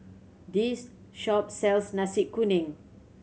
this shop sells Nasi Kuning